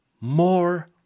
more